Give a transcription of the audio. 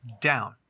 down